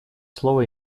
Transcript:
слово